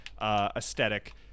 aesthetic